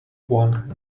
won